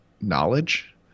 knowledge